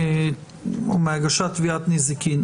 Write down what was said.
מהגשת תביעת נזיקין.